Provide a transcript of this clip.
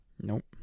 Nope